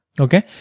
okay